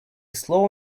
slow